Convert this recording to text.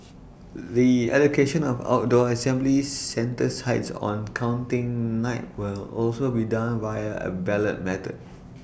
the allocation of outdoor assembly centre sites on counting night will also be done via A ballot method